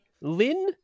Lynn